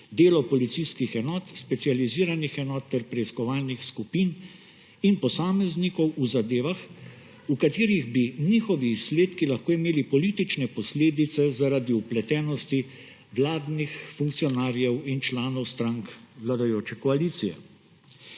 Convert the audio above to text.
delo policijskih enot, specializiranih enot ter preiskovalnih skupin in posameznikov v zadevah, v katerih bi njihovi izsledki lahko imeli politične posledice zaradi vpletenosti vladnih funkcionarjev in članov strank vladajoče koalicije.